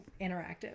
Interactive